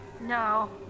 no